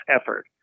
effort